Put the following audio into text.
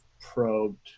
probed